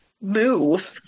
move